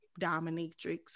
dominatrix